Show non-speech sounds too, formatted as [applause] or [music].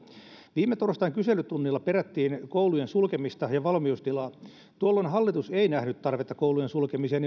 viime torstain kyselytunnilla perättiin koulujen sulkemista ja valmiustilaa tuolloin hallitus ei nähnyt tarvetta koulujen sulkemiseen [unintelligible]